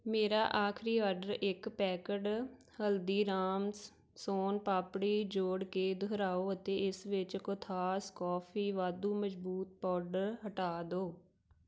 ਮੇਰਾ ਆਖਰੀ ਆਡਰ ਇੱਕ ਪੈਕਡ ਹਲਦੀਰਾਮਸ ਸੋਨ ਪਾਪੜੀ ਜੋੜ ਕੇ ਦੁਹਰਾਓ ਅਤੇ ਇਸ ਵਿੱਚ ਕੋਥਾਸ ਕੌਫੀ ਵਾਧੂ ਮਜ਼ਬੂਤ ਪਾਊਡਰ ਹਟਾ ਦਿਓ